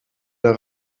der